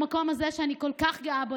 במקום הזה שאני כל כך גאה בו,